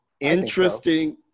Interesting